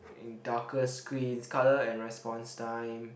in darker screens colour and response time